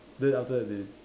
then after that they